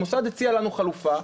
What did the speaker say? המוסד הציע לנו חלופה,